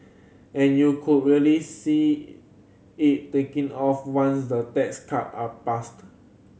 and you could really see it taking off once the tax cut are passed